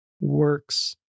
works